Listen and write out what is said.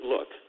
Look